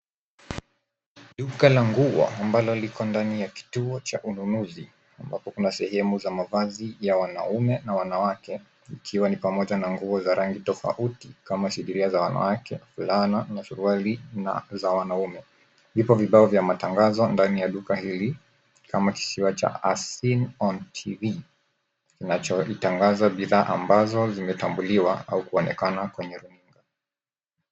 Duka la nguo ambalo liko ndani ya kituo cha ununuzi ambapo kuna sehemu za mavazi ya wanaume na wanawake ikiwa ni pamoja na nguo za rangi tofauti kama sindiria za wanawake, fulana na suruali na za wanaume. Vipo vibao vya matangazo ndani ya duka hili kama kisiwa cha as seen on TV kinachotangaza bidhaa ambazo zimetambuliwa au kuonekana kwenye runinga.